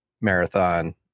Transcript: Marathon